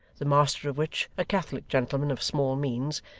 the master of which, a catholic gentleman of small means,